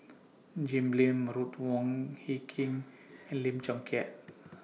Jim Lim Ruth Wong Hie King and Lim Chong Keat